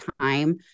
time